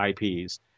IPs